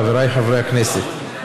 חבריי חברי הכנסת,